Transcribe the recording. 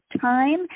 time